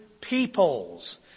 peoples